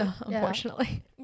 Unfortunately